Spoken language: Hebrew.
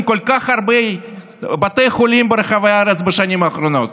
כל כך הרבה בתי חולים ברחבי הארץ בשנים האחרונות?